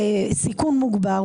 סיכון מוגבר,